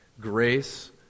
grace